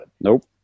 Nope